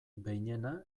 behinena